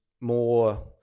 more